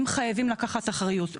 הם חייבים לקחת אחריות.